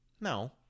No